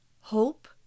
hope